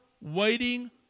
waiting